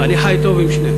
אני חי טוב עם שניהם.